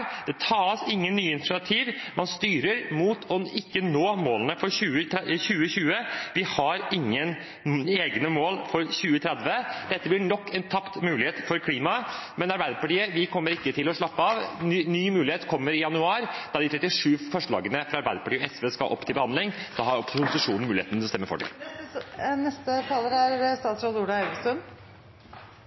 det ikke tas noen nye initiativ. Man styrer mot ikke å nå målene for 2020. Vi har ingen egne mål for 2030. Dette blir nok en tapt mulighet for klimaet. Men Arbeiderpartiet kommer ikke til å slappe av. Det kommer en ny mulighet i januar, da de 37 forslagene fra Arbeiderpartiet og SV skal opp til behandling. Da har posisjonen muligheten til å stemme for